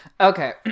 Okay